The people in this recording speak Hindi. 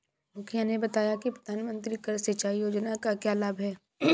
मुखिया ने बताया कि प्रधानमंत्री कृषि सिंचाई योजना का क्या लाभ है?